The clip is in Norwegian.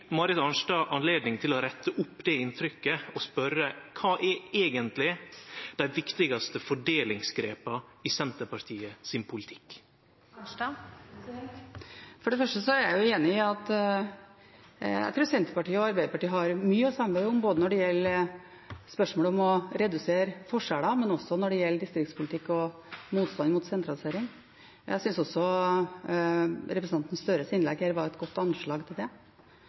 Marit Arnstad anledning til å rette opp det inntrykket og spørje: Kva er eigentleg dei viktigaste fordelingsgrepa i politikken til Senterpartiet? For det første er jeg enig i og tror at Senterpartiet og Arbeiderpartiet har mye å samarbeide om både når det gjelder spørsmålet om å redusere forskjeller, og når det gjelder distriktspolitikk og motstand mot sentralisering. Jeg synes også representanten Gahr Støres innlegg var et godt anslag for det.